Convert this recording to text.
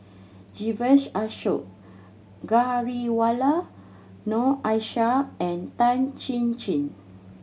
Vijesh Ashok Ghariwala Noor Aishah and Tan Chin Chin